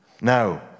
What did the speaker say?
Now